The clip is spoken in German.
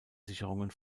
sicherungen